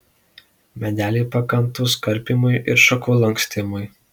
medeliai pakantūs karpymui ir šakų lankstymui